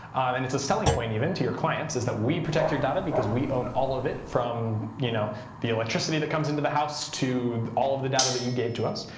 and it's a selling point, even, to your clients is that we protect your data because we own all of it from you know the electricity that comes into the house to all of the data that you gave to us.